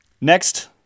next